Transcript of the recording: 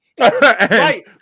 Right